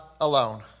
alone